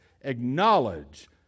acknowledge